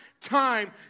time